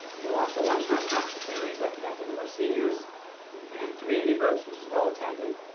we launched a lunchtime concert series that connected with our seniors and community groups, which was well attended.